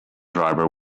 driver